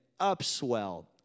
upswell